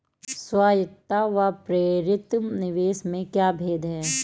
स्वायत्त व प्रेरित निवेश में क्या भेद है?